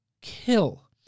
kill